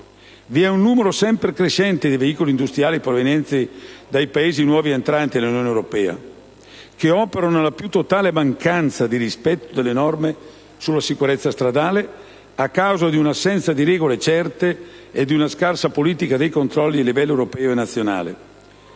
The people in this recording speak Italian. Vi è un numero sempre crescente di veicoli industriali provenienti dai Paesi nuovi entranti nell'Unione europea, che operano nella più totale mancanza di rispetto delle norme sulla sicurezza stradale, a causa di un'assenza di regole certe e di una scarsa politica dei controlli a livello europeo e nazionale.